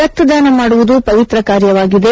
ರಕ್ತದಾನ ಮಾಡುವುದು ಪವಿತ್ರ ಕಾರ್ಯವಾಗಿದೆ